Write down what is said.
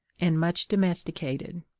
and much domesticated.